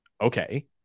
Okay